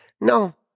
no